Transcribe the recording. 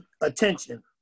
Attention